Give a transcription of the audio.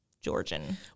Georgian